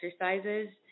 exercises